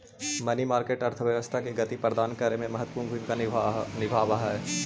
money market अर्थव्यवस्था के गति प्रदान करे में महत्वपूर्ण भूमिका निभावऽ हई